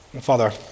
Father